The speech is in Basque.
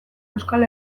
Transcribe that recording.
euskal